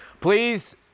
Please